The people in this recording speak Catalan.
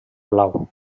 blau